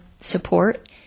support